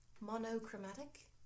monochromatic